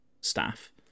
staff